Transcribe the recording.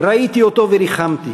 // ראיתי אותו וריחמתי,